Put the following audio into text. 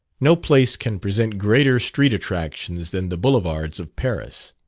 no place can present greater street attractions than the boulevards of paris.